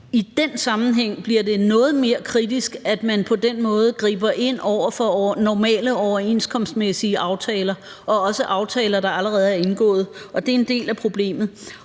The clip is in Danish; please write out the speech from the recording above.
I den sammenhæng bliver det noget mere kritisk, at man på den måde griber ind over for normale overenskomstmæssige aftaler og også aftaler, der allerede er indgået. Det er en del af problemet.